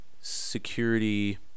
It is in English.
security